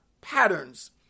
patterns